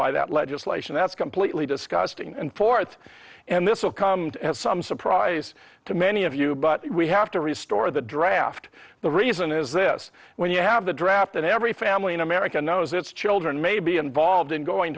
by that legislation that's completely disgusting and forth and this will come to some surprise to many of you but we have to restore the draft the reason is this when you have the draft and every family in america knows its children may be involved in going